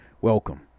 Welcome